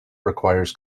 requires